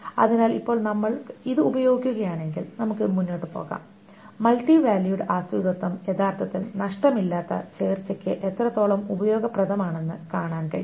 അതിനാൽ ഇപ്പോൾ നമ്മൾ ഇത് ഉപയോഗിക്കുകയാണെങ്കിൽ നമുക്ക് മുന്നോട്ട് പോകാം മൾട്ടി വാല്യൂഡ് ആശ്രിതത്വം യഥാർത്ഥത്തിൽ നഷ്ടമില്ലാത്ത ചേർച്ചയ്ക്ക് എത്രത്തോളം ഉപയോഗപ്രദമാണെന്ന് കാണാൻ കഴിയും